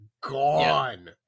gone